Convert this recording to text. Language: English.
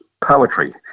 poetry